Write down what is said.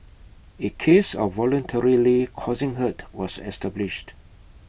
A case of voluntarily causing hurt was established